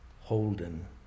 holden